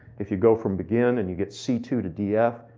if you go from begin and you get c two to df,